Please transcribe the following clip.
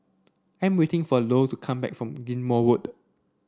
I am waiting for Lou to come back from Ghim Moh Road